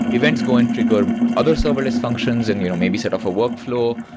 events go and trigger other serverless functions and you know maybe set off a workflow,